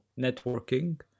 networking